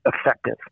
effective